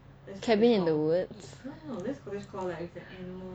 cabin in the woods